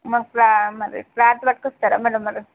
మా ఫ్లా మరి ఫ్లాట్ పట్టుకొస్తారా మేడం మీరు